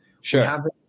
Sure